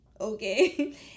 okay